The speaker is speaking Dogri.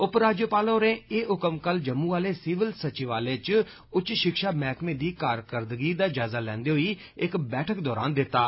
उप राज्यपाल होरें एह हुकम कल जम्मू आले सिविल सचिवालय इच उच्च षिक्षा मैहकमे दी कारकर्दगी दा जायजा लैंदे होई इक बैठक दौरान दित्ता